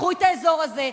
קחו את האזור הזה,